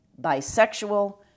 bisexual